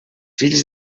fills